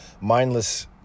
mindless